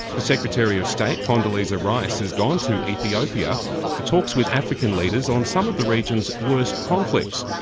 the secretary of state, condoleezza rice, has gone to ethiopia for talks with african leaders on some of the region's worst conflicts,